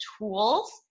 tools